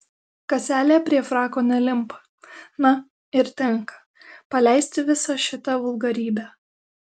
kaselė prie frako nelimpa na ir tenka paleisti visą šitą vulgarybę